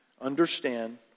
understand